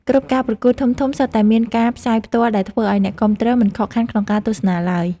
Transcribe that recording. គ្រប់ការប្រកួតធំៗសុទ្ធតែមានការផ្សាយផ្ទាល់ដែលធ្វើឱ្យអ្នកគាំទ្រមិនខកខានក្នុងការទស្សនាឡើយ។